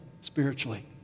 spiritually